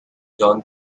john